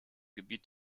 gebiet